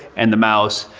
and the mouse,